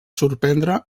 sorprendre